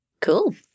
Cool